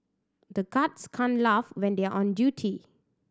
the guards can't laugh when they are on duty